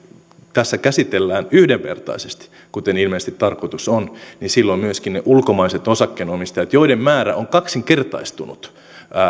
tässä käsitellään yhdenvertaisesti kuten ilmeisesti tarkoitus on niin silloin myöskin ne ulkomaiset osakkeenomistajat joiden määrä on kaksinkertaistunut